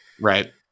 Right